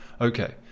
Okay